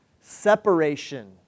Separation